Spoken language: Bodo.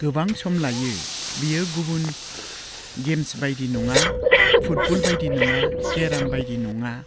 गोबां सम लायो बियो गुबुन गेम्स बायदि नङा फुटबल बायदि नङा केराम बायदि नङा